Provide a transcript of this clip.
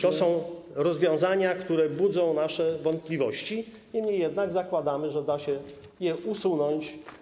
To są rozwiązania, które budzą nasze wątpliwości, niemniej jednak zakładamy, że da się je usunąć.